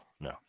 no